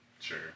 Sure